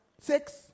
Six